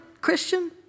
Christian